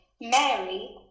Mary